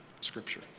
Scripture